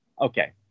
Okay